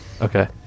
okay